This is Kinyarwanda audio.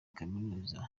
kaminuza